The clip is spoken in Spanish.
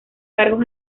cargos